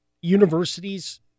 universities